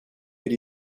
per